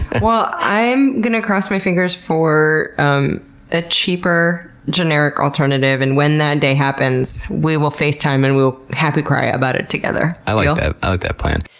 well, i'm going to cross my fingers for um a cheaper generic alternative, and when that day happens we will facetime and we will happy cry about it together. i like like ah ah that plan.